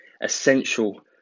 Essential